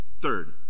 third